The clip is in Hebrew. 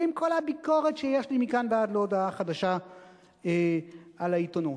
עם כל הביקורת שיש לי מכאן ועד להודעה חדשה על העיתונות.